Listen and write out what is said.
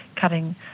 cutting